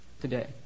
today